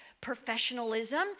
professionalism